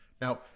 Now